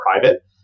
private